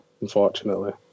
unfortunately